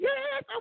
Yes